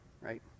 right